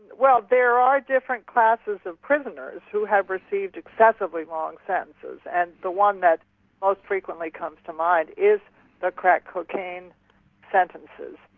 well there are different classes of prisoners who have received excessively long sentences, and the one that most frequently comes to mind is the crack cocaine sentences.